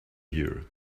here